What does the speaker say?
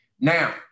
Now